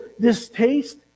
distaste